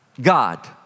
God